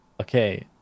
okay